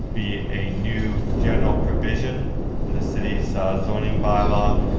be a new general provision in the city's zoning bylaw,